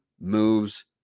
moves